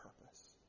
purpose